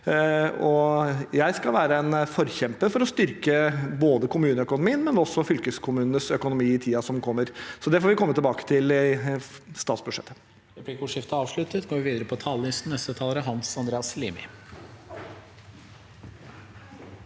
Jeg skal være en forkjemper for å styrke både kommuneøkonomien og fylkeskommunenes økonomi i tiden som kommer. Så det får vi komme tilbake til i statsbudsjettet.